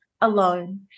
alone